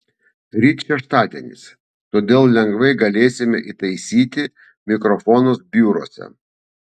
ryt šeštadienis todėl lengvai galėsime įtaisyti mikrofonus biuruose